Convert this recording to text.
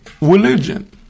religion